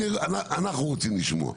אבל אנחנו רוצים לשמוע.